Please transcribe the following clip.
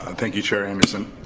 and thank you chair anderson.